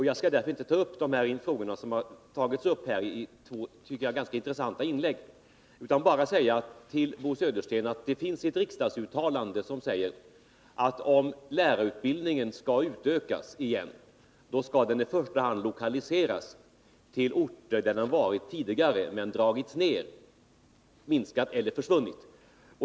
Jag skall därför inte ta upp de frågor som berörts här i två, som jag tycker, ganska intressanta inlägg, utan bara säga till Bo Södersten att det finns ett riksdagsuttalande som säger, att om lärarutbildningen skall utökas igen, skall den i första hand lokaliseras till orter där den funnits tidigare men dragits ner, minskat eller försvunnit.